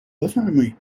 بفرمایید